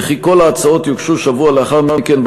וכי כל ההצעות יוגשו שבוע לאחר מכן,